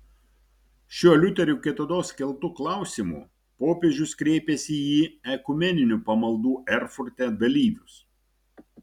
šiuo liuterio kitados keltu klausimu popiežius kreipėsi į ekumeninių pamaldų erfurte dalyvius